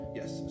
yes